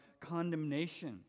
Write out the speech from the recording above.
condemnation